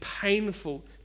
painful